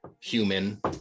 human